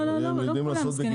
לא כולם.